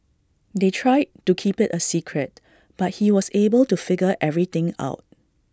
they tried to keep IT A secret but he was able to figure everything out